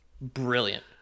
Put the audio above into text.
brilliant